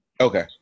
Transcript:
Okay